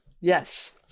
Yes